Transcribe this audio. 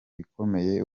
bikomeye